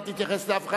אל תתייחס לאף אחד,